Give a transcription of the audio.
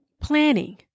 planning